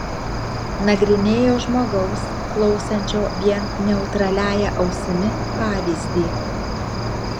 nagrinėjo žmogaus klausančio vien neutraliąja ausimi pavyzdį